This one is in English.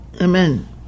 Amen